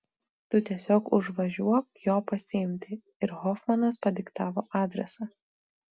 tu tiesiog užvažiuok jo pasiimti ir hofmanas padiktavo adresą